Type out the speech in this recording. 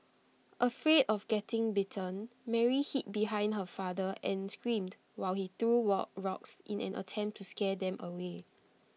afraid of getting bitten Mary hid behind her father and screamed while he threw work rocks in an attempt to scare them away